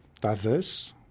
diverse